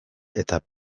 eta